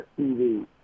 TV